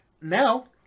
Now